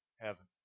heaven